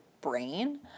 brain